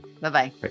bye-bye